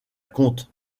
compte